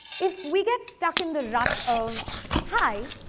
if we get stuck in the rut of hi!